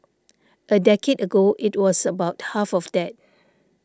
a decade ago it was about half of that